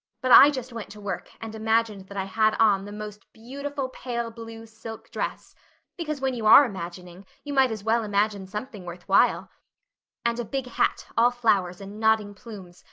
but i just went to work and imagined that i had on the most beautiful pale blue silk dress because when you are imagining you might as well imagine something worth while and a big hat all flowers and nodding plumes,